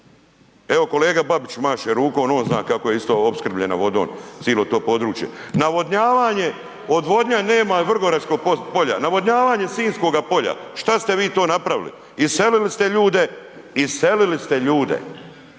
Evo kolega Babić maše rukom, on zna kako je isto opskrbljena vodom cijelo to područje. Navodnjavanje, odvodnja nema Vrgoračkog polja, navodnjavanje Sinjskoga polja, šta ste vi to napravili? Iselili ste ljude, iselili ste ljude